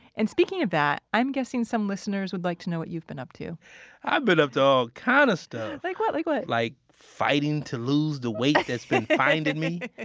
and speaking of that i'm guessing some listeners would like to know what you've been up to i've been up to all kinds kind of stuff like what, like what? like fighting to lose the weight that's been finding me.